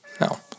No